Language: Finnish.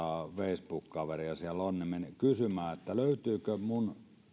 facebook kaveria siellä on menin kysymään löytyykö minun